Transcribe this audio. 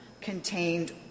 contained